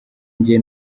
njye